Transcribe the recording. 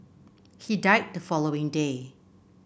he died the following day